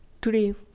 Today